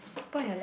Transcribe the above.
put on your leg